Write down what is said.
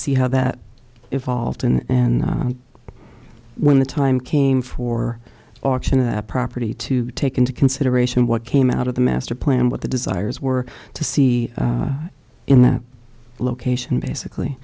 see how that evolved in an when the time came for auction of the property to take into consideration what came out of the master plan what the desires were to see in that location basically